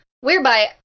whereby